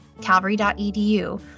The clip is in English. calvary.edu